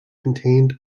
contained